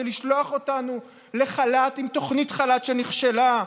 לשלוח אותנו לחל"ת עם תוכנית חל"ת שנכשלה,